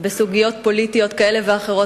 בסוגיות פוליטיות כאלה ואחרות,